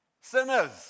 sinners